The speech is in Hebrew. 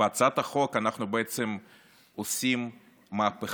בהצעת החוק אנחנו עושים בעצם